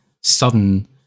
sudden